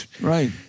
Right